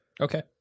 Okay